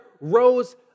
rose